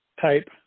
type